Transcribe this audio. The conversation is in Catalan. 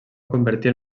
convertir